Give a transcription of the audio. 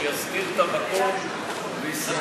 שיסדיר את המקום ויסדר אותו,